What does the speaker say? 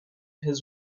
his